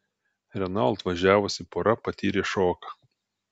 renault važiavusi pora patyrė šoką